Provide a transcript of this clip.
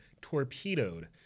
torpedoed